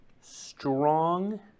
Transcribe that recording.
strong